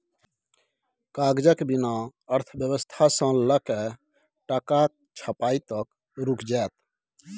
कागजक बिना अर्थव्यवस्था सँ लकए टकाक छपाई तक रुकि जाएत